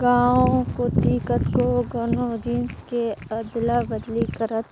गाँव कोती कतको कोनो जिनिस के अदला बदली करत